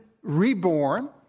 reborn